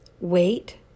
wait